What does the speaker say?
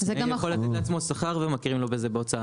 עצמאי יכול לתת לעצמו שכר ומכירים לו בזה כהוצאה.